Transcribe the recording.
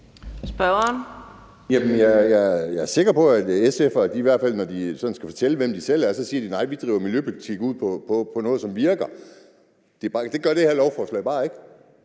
jeg er sikker på, at SF, i hvert fald når de skal fortælle, hvem de selv er, så siger, at de fører miljøpolitik, ud fra hvad der virker. Det gør det her lovforslag bare ikke.